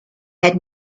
had